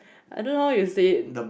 I don't know how you say it